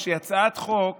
היושב-ראש, היא הצעת חוק